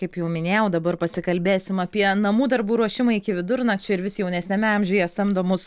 kaip jau minėjau dabar pasikalbėsim apie namų darbų ruošimą iki vidurnakčio ir vis jaunesniame amžiuje samdomus